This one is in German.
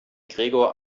gregor